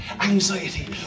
anxiety